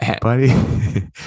buddy